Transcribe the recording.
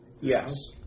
Yes